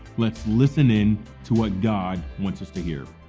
let's listen in to what god wants us to hear.